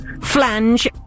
Flange